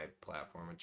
platform